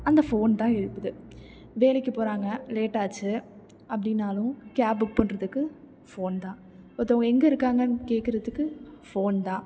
அந்த ஃபோன் தான் எழுப்புது வேலைக்கு போகிறாங்க லேட்டாச்சு அப்படின்னாலும் கேப் புக் பண்ணுறதுக்கு ஃபோன் தான் ஒருத்தங்க எங்கே இருக்காங்கன்னு கேக்கிறதுக்கு ஃபோன் தான்